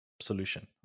solution